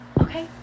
okay